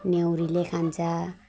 न्याउरीले खान्छ